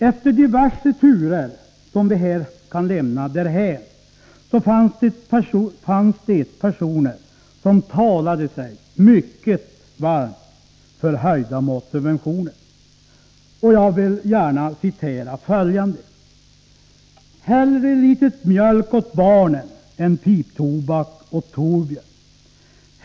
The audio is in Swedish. Efter diverse turer, som vi här kan lämna därhän, fanns det personer som talade sig mycket varma för höjda matsubventioner. Jag vill gärna citera följande: ”Hellre litet mjölk åt barnen än piptobak åt Thorbjörn.